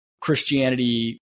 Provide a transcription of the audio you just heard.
Christianity